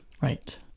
Right